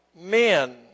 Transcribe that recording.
men